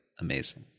amazing